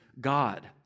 God